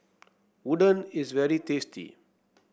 Udon is very tasty